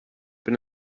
been